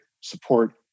support